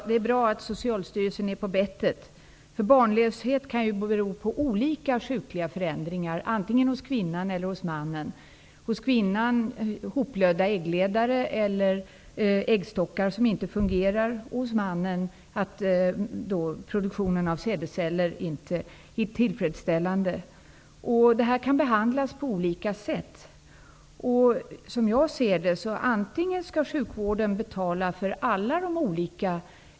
Det är bra att Socialstyrelsen är på bettet. Barnlöshet kan bero på olika sjukliga förändringar antingen hos kvinnan eller hos mannen. Hos kvinnan kan det vara fråga om hoplödda äggledare eller äggstockar som inte fungerar. Hos mannen kan det vara så att produktionen av sädesceller inte är tillfredsställande. Dessa problem kan behandlas på olika sätt.